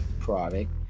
product